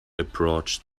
approached